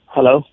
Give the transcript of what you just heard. Hello